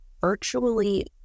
virtually